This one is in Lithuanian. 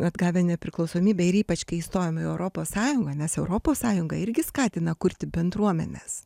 atgavę nepriklausomybę ir ypač kai įstojom į europos sąjungą nes europos sąjunga irgi skatina kurti bendruomenes